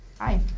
Hi